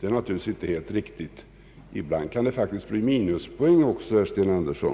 är naturligtvis inte helt riktigt. Ibland kan det faktiskt bli minuspoäng också, herr Sten Andersson.